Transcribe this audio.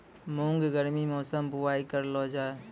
मूंग गर्मी मौसम बुवाई करलो जा?